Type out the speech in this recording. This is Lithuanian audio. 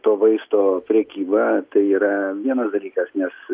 to vaisto prekyba tai yra vienas dalykas nes